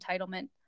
entitlement